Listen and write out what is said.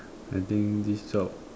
I think this job